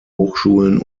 hochschulen